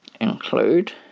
include